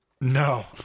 No